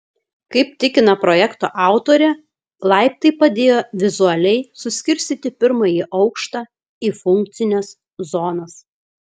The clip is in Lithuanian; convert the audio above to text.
kaip tikina projekto autorė laiptai padėjo vizualiai suskirstyti pirmąjį aukštą į funkcines zonas